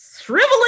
shriveling